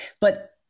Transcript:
But-